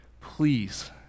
please